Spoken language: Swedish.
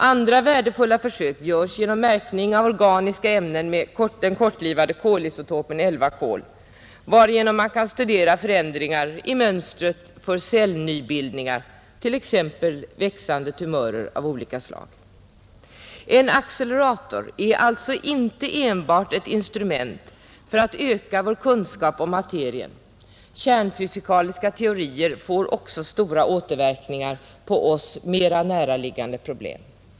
Andra värdefulla försök görs genom märkning av organiska ämnen med den kortlivade kolisotopen 11C varigenom man kan studera förändringar i mönstret för cellnybildningar, t.ex. växande tumörer. En accelerator är alltså inte enbart ett instrument för att öka vår kunskap om materien, kärnfysikaliska teorier får också stora återverkningar på oss näraliggande problem.